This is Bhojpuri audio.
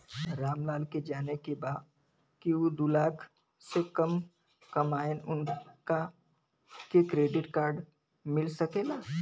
राम लाल के जाने के बा की ऊ दूलाख से कम कमायेन उनका के क्रेडिट कार्ड मिल सके ला?